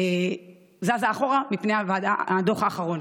זזה אחורה מפני הדוח האחרון.